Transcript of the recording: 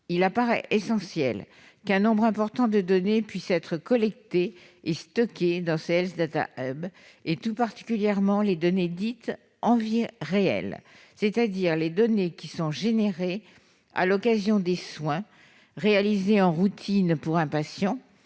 il paraît essentiel qu'un nombre important de données puissent être collectées et stockées dans le Health Data Hub, tout particulièrement les données dites en vie réelle, c'est-à-dire les données générées à l'occasion des soins réalisés en routine sur un patient,